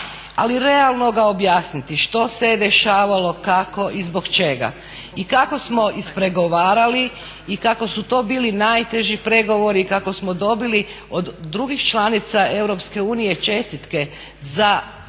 ali realno ga objasniti što se dešavalo, kako i zbog čega i kako smo ispregovarali i kako su to bili najteži pregovori, kako smo dobili od drugih članica Europske unije